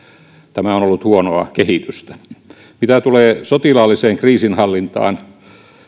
tämä on ollut huonoa kehitystä mitä tulee sotilaalliseen kriisinhallintaan